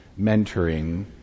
mentoring